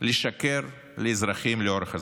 לשקר לאזרחים לאורך זמן.